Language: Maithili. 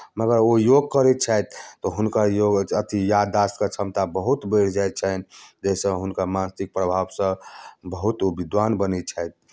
मगर ओ योग करैत छथि तऽ हुनकर योग अथि याददाश्तके क्षमता बहुत बढ़ि जाइ छनि जाहिसँ हुनका मानसिक प्रभावसँ बहुत ओ विद्वान बनैत छथि